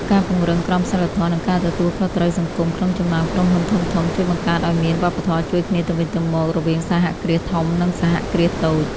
ការពង្រឹងក្រមសីលធម៌ និងការទទួលខុសត្រូវសង្គម ក្នុងចំណោមក្រុមហ៊ុនធំៗ ជួយបង្កើតឱ្យមានវប្បធម៌ជួយគ្នាទៅវិញទៅមករវាងសហគ្រាសធំ និងសហគ្រាសតូច។